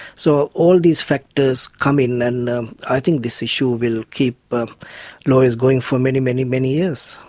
so all these factors come in, and i think this issue will keep but lawyers going for many, many many years.